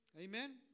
Amen